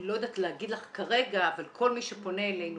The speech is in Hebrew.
לא יודעת להגיד לך כרגע אבל כל מי שפונה אלינו,